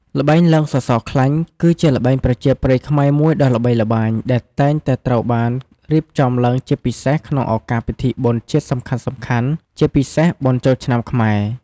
ល្បែងឡើងសសរខ្លាញ់ គឺជាល្បែងប្រជាប្រិយខ្មែរមួយដ៏ល្បីល្បាញ ដែលតែងតែត្រូវបានរៀបចំឡើងជាពិសេសក្នុងឱកាសពិធីបុណ្យជាតិសំខាន់ៗជាពិសេសបុណ្យចូលឆ្នាំខ្មែរ។